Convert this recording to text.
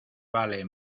vale